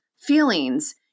feelings